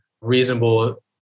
reasonable